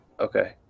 okay